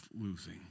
losing